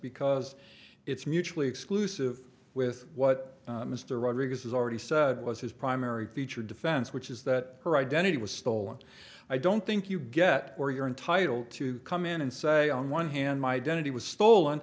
because it's mutually exclusive with what mr rodriguez has already said was his primary featured defense which is that her identity was stolen i don't think you get or you're entitled to come in and say on one hand my identity was stolen